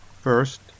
First